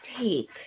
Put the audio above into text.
take